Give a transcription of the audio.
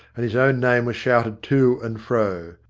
and his own name was shouted to and fro.